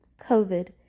COVID